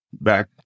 back